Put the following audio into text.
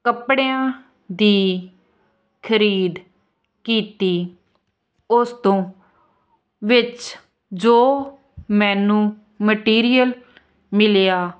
ਕੱਪੜਿਆਂ ਦੀ ਖਰੀਦ ਕੀਤੀ ਉਸ ਤੋਂ ਵਿੱਚ ਜੋ ਮੈਨੂੰ ਮਟੀਰੀਅਲ ਮਿਲਿਆ